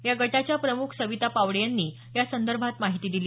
या गटाच्या प्रमुख सविता पावडे यांनी यासंदर्भात माहिती दिली